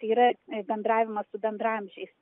tai yra bendravimas su bendraamžiais